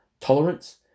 Tolerance